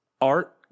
Art